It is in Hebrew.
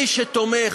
מי שתומך,